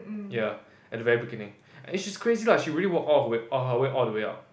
yeah at the very beginning and she's crazy lah she really worked all of her way all of her way up